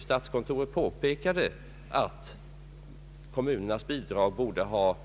Statskontoret påpekade redan då att kommunernas bidrag borde ha